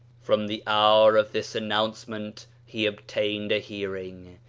from the hour of this announcement he ob tained a hearing,